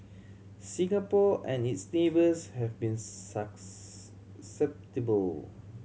Singapore and its neighbours have been